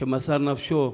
שמסר נפשו,